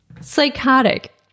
Psychotic